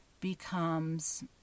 becomes